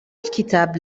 الكتاب